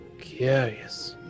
curious